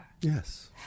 Yes